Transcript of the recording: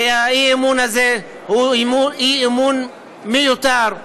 והאי-אמון הזה הוא אי-אמון מיותר,